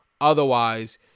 Otherwise